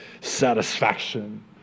satisfaction